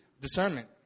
discernment